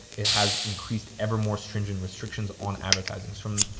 it has increased evermore stringent restrictions on advertising from,